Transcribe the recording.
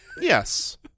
yes